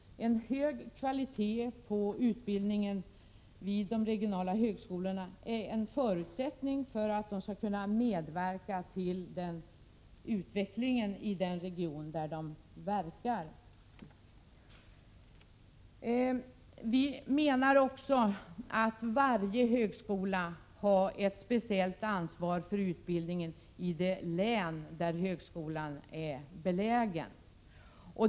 En hög kvalitet på utbildningen vid de regionala högskolorna är en förutsättning för att de skall kunna medverka till utvecklingen i den region där de verkar. Vi menar också att varje högskola har ett speciellt ansvar för utbildningen i det län där högskolan är belägen.